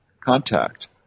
contact